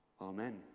Amen